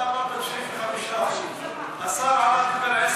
אתה אמרת 95%. השר עלה,